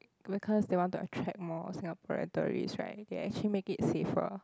because they want to attract more Singaporean tourist right they actually make it safer